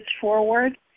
forward